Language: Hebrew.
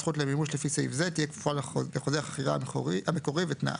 הזכות למימוש לפי סעיף זה תהיה כפופה לחוזה החכירה המקורי ותנאיו,